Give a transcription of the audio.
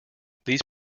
these